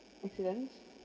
accident